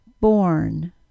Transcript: born